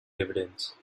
dividends